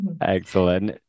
Excellent